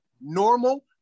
normal